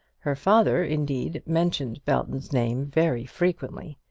her father, indeed, mentioned belton's name very frequently,